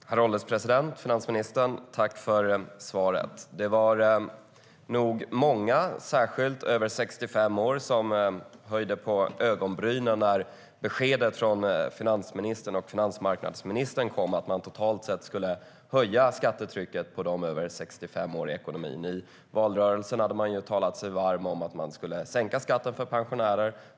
Herr ålderspresident! Tack för svaret, finansministern! Det var nog många, särskilt de över 65 år, som höjde på ögonbrynen när beskedet från finansministern och finansmarknadsministern kom att man totalt sett skulle höja skattetrycket på dem över 65 år i ekonomin. I valrörelsen hade man talat sig varm för att man skulle sänka skatten för pensionärer.